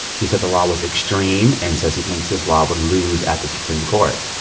he said the law was extreme and says he thinks this law would lose at the supreme court.